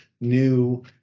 new